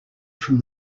from